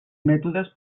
mètodes